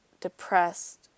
depressed